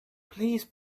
please